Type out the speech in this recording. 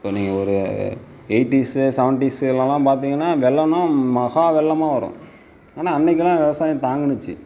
இப்போ நீங்கள் ஒரு எயிட்டீஸு செவன்டீஸுலெலாம் பார்த்தீங்கன்னா வெள்ளம்னால் மகா வெள்ளமாக வரும் ஆனால் அன்றைக்குலாம் விவசாயம் தாங்கின்னுச்சி